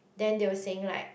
then they will saying like